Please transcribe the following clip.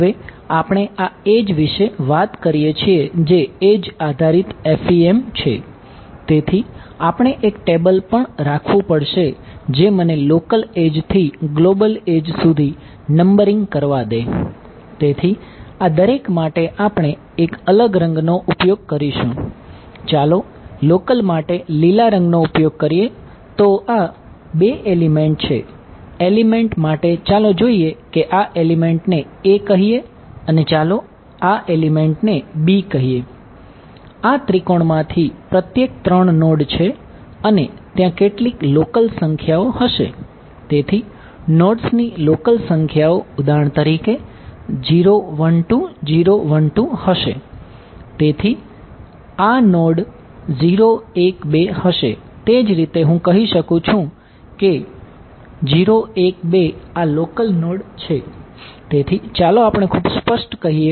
હવે આપણે આ એડ્જ ને b કહીએ